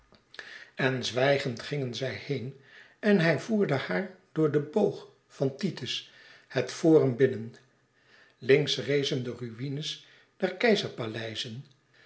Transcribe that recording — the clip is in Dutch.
en zwijgend gingen zij heen en hij voerde haar door den boog van titus het forum binnen links rezen de ruïnes der